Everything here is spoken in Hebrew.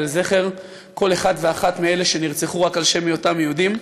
אלא לזכר כל אחד ואחת מאלה שנרצחו רק על שום היותם יהודים,